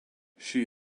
she